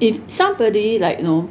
if somebody like you know